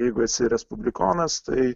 jeigu esi respublikonas tai